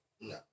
No